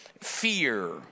fear